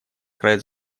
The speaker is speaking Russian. край